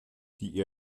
die